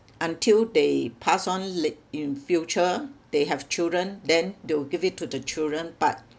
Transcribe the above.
until they pass on la~ in future they have children then they'll give it to the children but